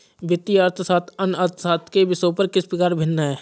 वित्तीय अर्थशास्त्र अन्य अर्थशास्त्र के विषयों से किस प्रकार भिन्न है?